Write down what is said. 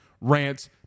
rants